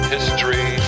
History